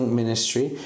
ministry